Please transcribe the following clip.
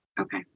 Okay